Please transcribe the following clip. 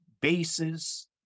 bases